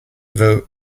vote